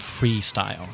freestyle